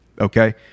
okay